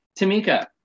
tamika